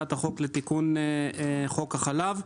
הצעת החוק לתיקון חוק החלב.